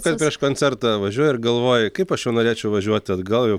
kad prieš koncertą važiuoji ir galvoji kaip aš jau norėčiau važiuoti atgal jau